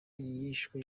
yishwe